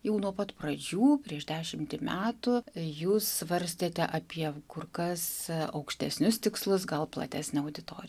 jau nuo pat pradžių prieš dešimtį metų jūs svarstėte apie kur kas aukštesnius tikslus gal platesnę auditoriją